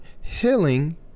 healing